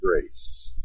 grace